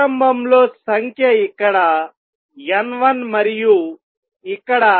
ప్రారంభంలో సంఖ్య ఇక్కడ N1 మరియు ఇక్కడ N2